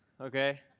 okay